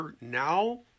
Now